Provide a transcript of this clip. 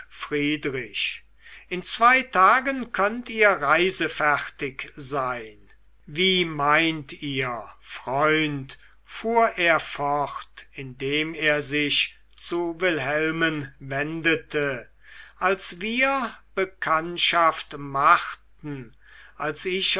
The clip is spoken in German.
friedrich in zwei tagen könnt ihr reisefertig sein wie meint ihr freund fuhr er fort indem er sich zu wilhelmen wendete als wir bekanntschaft machten als ich